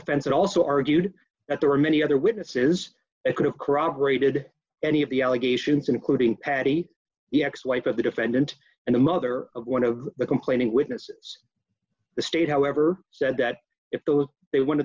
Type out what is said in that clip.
defense and also argued that there were many other witnesses that could have corroborated any of the allegations including patti the ex wife of the defendant and the mother of one of the complaining witnesses the state however said that if those they one of